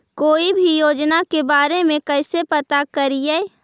कोई भी योजना के बारे में कैसे पता करिए?